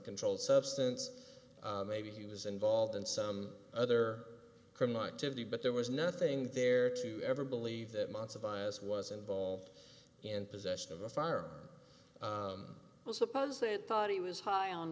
controlled substance maybe he was involved in some other criminal activity but there was nothing there to ever believe that months of bias was involved in possession of the farm well suppose they thought he was high on